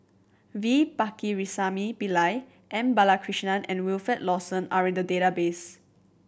V Pakirisamy Pillai M Balakrishnan and Wilfed Lawson are in the database